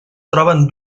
troben